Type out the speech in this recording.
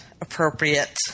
appropriate